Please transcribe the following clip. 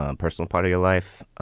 um personal part of your life.